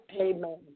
Amen